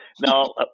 Now